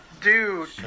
dude